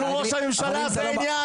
אבל הוא ראש הממשלה, זה העניין.